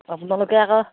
আপোনালোকে আকৌ